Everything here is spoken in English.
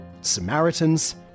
Samaritans